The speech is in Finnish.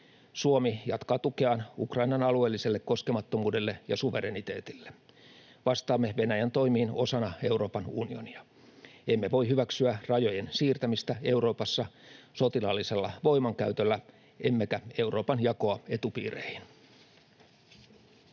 Suomi jatkaa tukeaan Ukrainan alueelliselle koskemattomuudelle ja suvereniteetille. Vastaamme Venäjän toimiin osana Euroopan unionia. Emme voi hyväksyä rajojen siirtämistä Euroopassa sotilaallisella voimankäytöllä emmekä Euroopan jakoa etupiireihin.